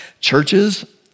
Churches